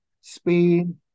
Spain